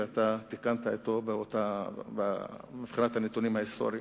ותיקנת אותו בבחינת הנתונים ההיסטוריים.